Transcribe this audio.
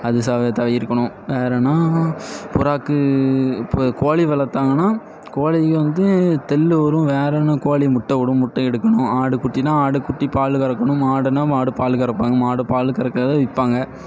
அது சவையத்தா இருக்கணும் வேறேனா புறாக்கு இப்போ கோழி வளர்த்தாங்கனா கோழிய வந்து தெள்ளு வரும் வேறே என்ன கோழி முட்டை இடும் முட்டை எடுக்கணும் ஆடு குட்டினா ஆடு குட்டி பாலு கறக்கணும் மாடுனா மாடு பால் கறப்பாங்க மாடு பால் கறக்கிறத விற்பாங்க